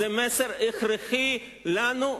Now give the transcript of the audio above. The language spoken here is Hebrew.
הוא מסר הכרחי לנו,